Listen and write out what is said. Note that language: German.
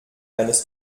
eines